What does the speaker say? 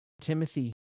Timothy